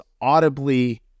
audibly